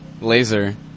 Laser